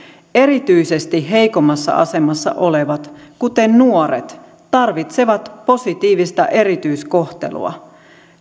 erityisesti heikommassa asemassa olevat kuten nuoret tarvitsevat positiivista erityiskohtelua